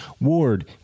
Ward